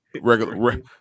Regular